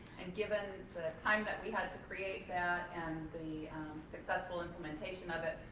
and given the time that we had to create that and the successful implementation of it,